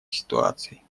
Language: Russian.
ситуаций